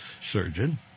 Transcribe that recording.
surgeon